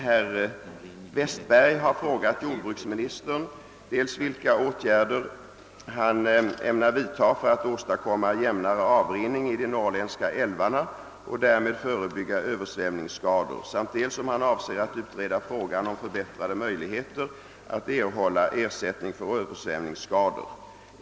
Herr Westberg har frågat jordbruksministern dels vilka åtgärder han ämnar vidta för att åstadkomma jämnare avrinning i de norrländska älvarna och därmed förebygga Ööversvämningsskador samt dels om han avser att utreda frågan om förbättrade möjligheter att erhålla ersättning för översvämningsskador.